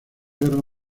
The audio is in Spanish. guerra